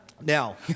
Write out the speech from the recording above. now